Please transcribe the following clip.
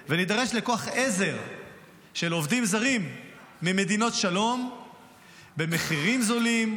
ונידרש לכוח עזר של עובדים זרים ממדינות שלום במחירים זולים.